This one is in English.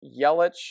Yelich